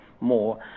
more